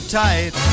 tight